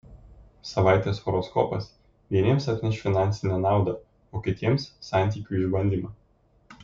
savaitės horoskopas vieniems atneš finansinę naudą o kitiems santykių išbandymą